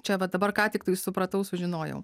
čia vat dabar ką tiktais supratau sužinojau